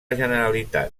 generalitat